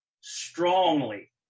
strongly